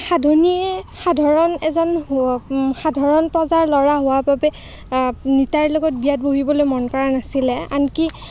সাধনীয়ে সাধাৰণ এজন সাধাৰণ প্ৰজাৰ ল'ৰা হোৱাৰ বাবে নিতাইৰ লগত বিয়াত বহিবলৈ মন কৰা নাছিলে আনকি